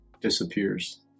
disappears